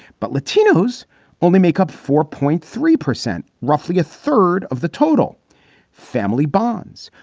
but latinos only make up four point three percent, roughly a third of the total family bonds.